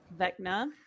Vecna